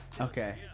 okay